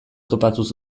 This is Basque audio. topatuz